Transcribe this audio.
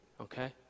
okay